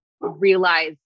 realize